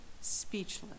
speechless